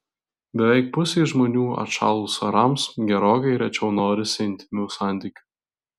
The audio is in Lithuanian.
beveik pusei žmonių atšalus orams gerokai rečiau norisi intymių santykių